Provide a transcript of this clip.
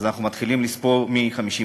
אז אנחנו מתחילים לספור מ-55.